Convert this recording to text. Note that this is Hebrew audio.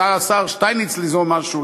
השר שטייניץ רצה ליזום משהו,